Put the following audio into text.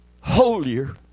holier